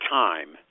time